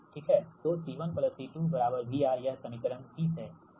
तो C1 C2 VR यह समीकरण 30 है